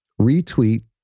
retweet